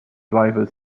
driver